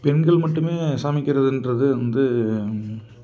பெண்கள் மட்டுமே சமைக்கிறதுன்றது வந்து